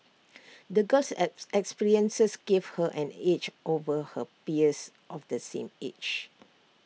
the girl's experiences gave her an edge over her peers of the same age